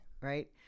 Right